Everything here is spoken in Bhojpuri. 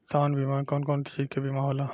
सामान्य बीमा में कवन कवन चीज के बीमा होला?